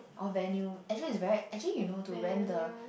venue actually is right actually you know to rent the